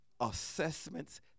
assessments